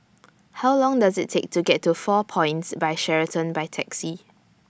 How Long Does IT Take to get to four Points By Sheraton By Taxi